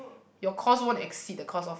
your cost won't exceed the cost of